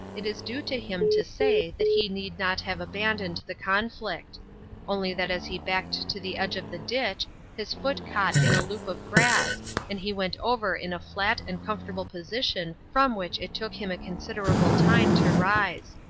it is due to him to say that he need not have abandoned the conflict only that as he backed to the edge of the ditch his foot caught in a loop of grass and he went over in a flat and comfortable position from which it took him a considerable time to rise.